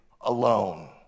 alone